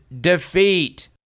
defeat